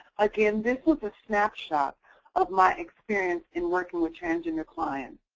again, this was a snapshot of my experience in working with transgender clients.